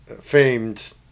famed